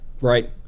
Right